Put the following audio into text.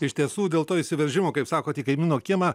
iš tiesų dėl to įsiveržimo kaip sakot į kaimyno kiemą